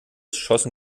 schossen